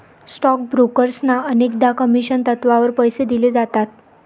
stock ब्रोकर्सना अनेकदा commission तत्त्वावर पैसे दिले जातात